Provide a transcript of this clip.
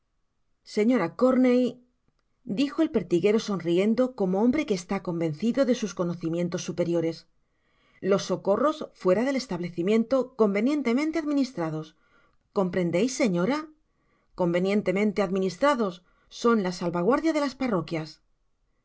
señora corney dijo el pertiguero sonriendo como hombre que está convencido de sus conocimientos superiores los socorros fuera del establecimiento convenientemente administra dos comprendeis señora convenientemente administrados son la salvaguardia de las parroquias